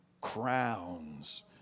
crowns